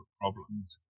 problems